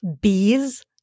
Bees